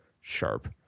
sharp